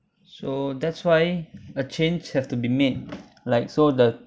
so that's why a change have to be made like so the